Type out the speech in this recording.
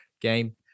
game